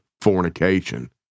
fornication